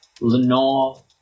Lenore